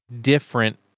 different